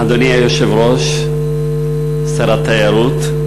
אדוני היושב-ראש, שר התיירות,